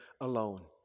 alone